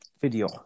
video